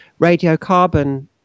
Radiocarbon